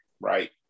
right